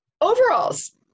overalls